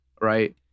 right